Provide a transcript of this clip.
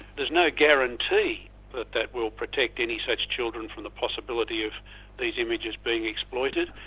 there's no guarantee that that will protect any such children from the possibility of these images being exploited,